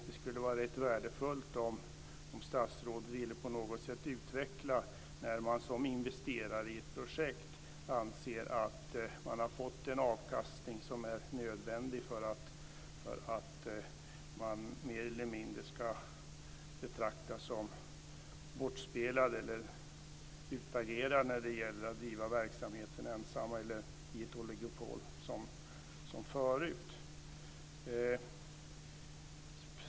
Det skulle vara rätt värdefullt om statsrådet på något sätt ville utveckla när man som investerare i ett projekt anses ha fått en avkastning som är nödvändig för att man mer eller mindre ska betraktas som bortspelad eller utagerad när det gäller att driva verksamheten ensam eller i ett oligopol, som förut.